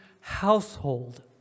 household